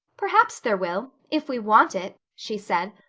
perhaps there will. if we want it, she said,